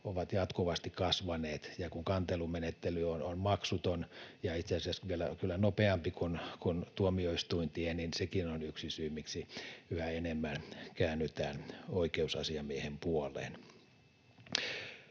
ovat jatkuvasti kasvaneet, ja kun kantelumenettely on maksuton ja itse asiassa vielä kyllä nopeampi kuin tuomioistuintie, niin sekin on yksi syy, miksi yhä enemmän käännytään oikeusasiamiehen puoleen.